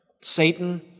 Satan